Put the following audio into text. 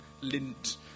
lint